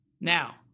Now